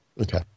Okay